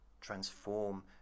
transform